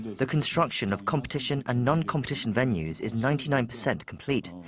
the construction of competition and non-competition venues is ninety nine percent complete.